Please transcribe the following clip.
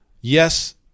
yes